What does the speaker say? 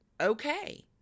okay